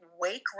wake